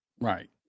Right